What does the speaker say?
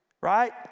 right